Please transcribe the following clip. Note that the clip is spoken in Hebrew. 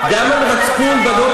לשנה אחת במקום שנתיים.